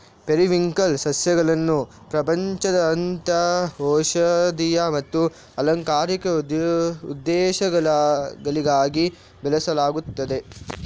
periwinkle ಸಸ್ಯಗಳನ್ನು ಪ್ರಪಂಚದಾದ್ಯಂತ ಔಷಧೀಯ ಮತ್ತು ಅಲಂಕಾರಿಕ ಉದ್ದೇಶಗಳಿಗಾಗಿ ಬೆಳೆಸಲಾಗುತ್ತದೆ